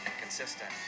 consistent